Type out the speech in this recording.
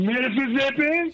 Mississippi